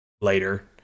later